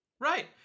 right